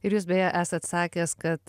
ir jūs beje esat sakęs kad